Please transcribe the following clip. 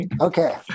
Okay